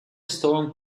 storm